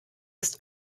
ist